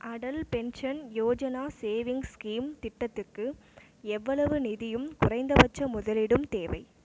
Atal pension Yojana savings திட்டத்திற்கு எவ்வளவு நிதியும் குறைந்தபட்ச முதலீடும் தேவை